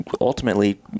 ultimately